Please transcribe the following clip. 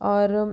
और